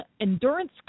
endurance